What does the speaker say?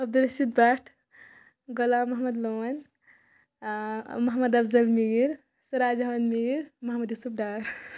Abdul Rasheed Bhat Ghulam Mohammad Lone Mohammad Afzal Mir Siraj Ahmad Mir Mohammad Yousuf Dar